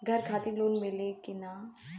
घर खातिर लोन मिली कि ना?